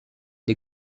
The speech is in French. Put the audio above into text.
des